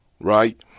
right